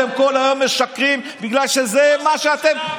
אתם כל היום משקרים, בגלל שזה מה שאתם.